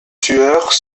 tueurs